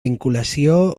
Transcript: vinculació